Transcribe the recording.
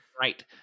right